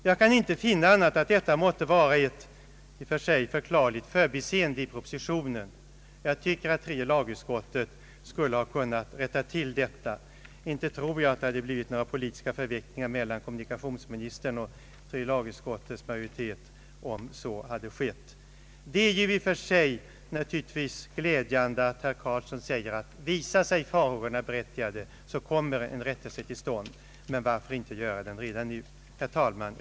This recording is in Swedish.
Jag kan inte finna annat än att det måste vara ett i och för sig förklarligt förbiseende i propositionen. Jag tycker att tredje lagutskottet skulle ha kunnat rätta till detta. Jag tror inte att det hade blivit några politiska förvecklingar mellan kommunikationsministern och tredje lagutskottets majoritet om så hade skett. Det är naturligtvis glädjande att herr Karlsson säger att om farhågorna visar sig vara berättigade så kommer en rättelse till stånd. Men varför inte göra denna rättelse redan nu? Herr talman!